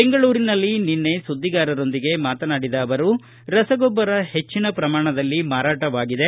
ಬೆಂಗಳೂರಿನಲ್ಲಿ ನಿನ್ನೆ ಸುದ್ದಿಗಾರರೊಂದಿಗೆ ಮಾತನಾಡಿದ ಅವರು ರಸಗೊಬ್ಬರ ಹೆಚ್ಚಿನ ಪ್ರಮಾಣದಲ್ಲಿ ಮಾರಾಟವಾಗಿದೆ